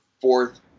fourth